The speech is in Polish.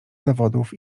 dowodów